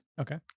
Okay